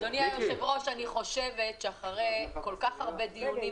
אני עשיתי מספיק שיחות עם